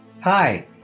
hi